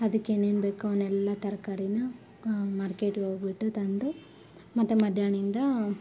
ಅದಕ್ಕೆ ಏನೇನು ಬೇಕು ಅವನ್ನೆಲ್ಲ ತರಕಾರಿನ ಮಾರ್ಕೆಟ್ಗೆ ಹೋಗ್ಬಿಟ್ಟು ತಂದು ಮತ್ತು ಮಧ್ಯಾಹ್ನದಿಂದ